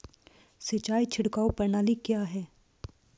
सिंचाई छिड़काव प्रणाली क्या है?